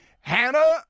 Hannah